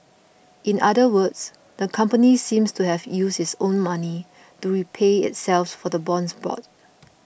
in other words the company seemed to have used its own money to repay itself for the bonds bought